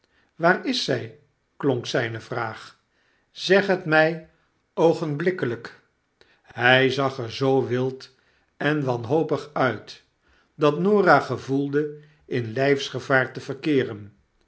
waar is zij klonk zijne vraag zeg het mij oogenblikkelijk hij zag er zoo wild en wanhopig uit dat norah gevoelde in lyfsgevaar te verkeeren